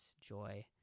joy